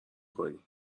کنی